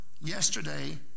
yesterday